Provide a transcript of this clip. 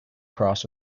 cross